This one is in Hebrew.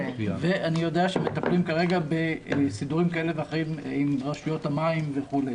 ואני יודע שמטפלים כרגע בסידורים כאלה ואחרים עם רשויות המים וכו'.